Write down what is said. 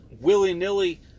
willy-nilly